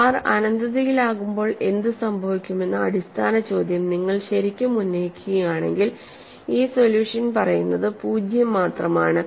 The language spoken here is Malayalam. R അനന്തതയിലാകുമ്പോൾ എന്തുസംഭവിക്കുമെന്ന അടിസ്ഥാന ചോദ്യം നിങ്ങൾ ശരിക്കും ഉന്നയിക്കുകയാണെങ്കിൽ ഈ സൊല്യൂഷൻ പറയുന്നത് പൂജ്യം മാത്രമാണ്